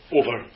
over